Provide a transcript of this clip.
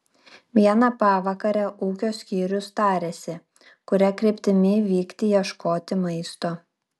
vieną pavakarę ūkio skyrius tarėsi kuria kryptimi vykti ieškoti maisto